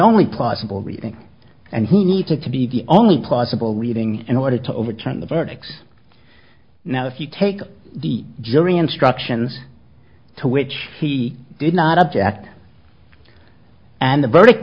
only possible reading and he needed to be the only possible reading in order to overturn the verdicts now if you take the jury instructions to which he did not object and the verdict